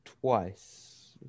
twice